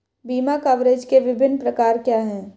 बीमा कवरेज के विभिन्न प्रकार क्या हैं?